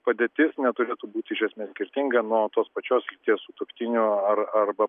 padėtis neturėtų būti iš esmės skirtinga nuo tos pačios lyties sutuoktinio ar arba